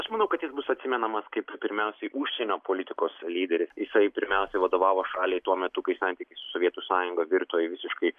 aš manau kad jis bus atsimenamas kaip pirmiausiai užsienio politikos lyderis jisai pirmiausia vadovavo šaliai tuo metu kai santykiai sovietų sąjunga virto į visiškai